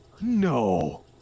No